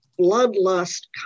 bloodlust